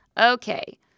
Okay